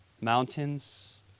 mountains